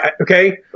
Okay